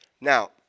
Now